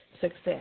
success